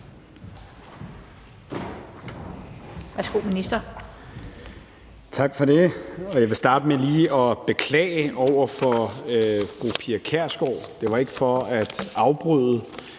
Hummelgaard): Tak for det. Jeg vil starte med lige at beklage over for fru Pia Kjærsgaard. Det var ikke for at afbryde